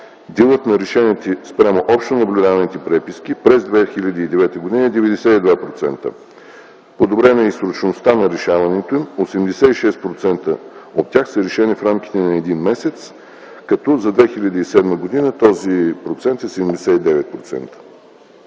Делът на решените спрямо общо наблюдаваните преписи през 2009 г. е 92%. Подобрена е срочността на решаването им – 86% от тях са решени в рамките на един месец, като за 2007 г. този процент е 79%.